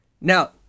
Now